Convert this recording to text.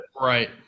right